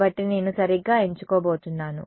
కాబట్టి నేను సరిగ్గా ఎంచుకోబోతున్నాను